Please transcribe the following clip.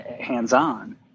hands-on